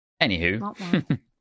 anywho